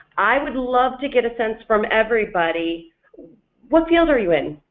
i would love to get a sense from everybody what field are you in?